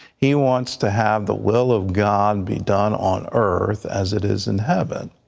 he wants to have the will of god be done on earth as it is in heaven.